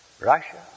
Russia